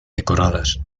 decoradas